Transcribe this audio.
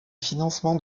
financements